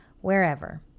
wherever